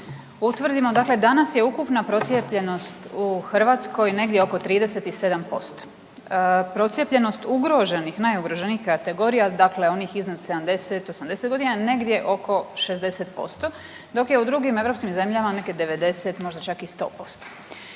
utvrdimo, dakle danas je ukupna procijepljenost u Hrvatskoj negdje oko 37%, procijepljenost ugroženih, najugroženijih kategorija dakle onih iznad 70, 80 godina negdje oko 60% dok je u drugim europskim zemljama nekih 90 možda čak i 100%,